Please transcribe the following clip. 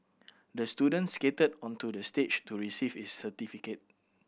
the student skated onto the stage to receive his certificate